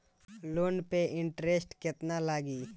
Loan पे interest केतना लागी?